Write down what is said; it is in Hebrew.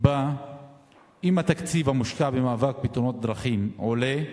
שבה אם התקציב המושקע במאבק בתאונות דרכים עולה,